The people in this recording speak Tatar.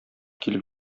килеп